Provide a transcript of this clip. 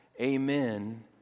amen